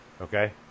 Okay